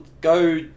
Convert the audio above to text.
go